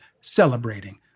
celebrating